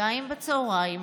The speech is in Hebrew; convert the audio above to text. בשתיים בצוהריים,